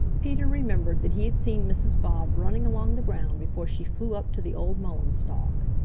peter remembered that he had seen mrs. bob running along the ground before she flew up to the old mullein stalk.